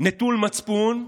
נטול מצפון,